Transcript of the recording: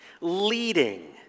leading